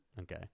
Okay